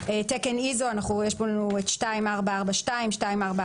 ו-mm320; "תמרוק הגנה ראשוני" תמרוק